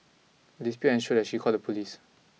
a dispute ensued and she called the police